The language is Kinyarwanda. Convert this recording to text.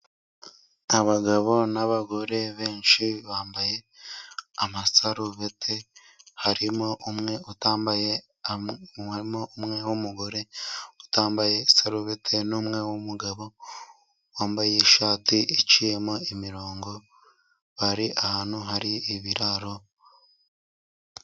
Abagabo n'abagore benshi bambaye amasalubeti harimo umwe utambaye, harimo umwe w'umugore utambaye amasalubeti, n'umwe w'umugabo wambaye ishati iciyemo imirongo bari ahantu hari ibiraro.